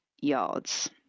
yards